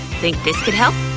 think this could help?